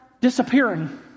disappearing